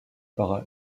par